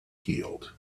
healed